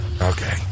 Okay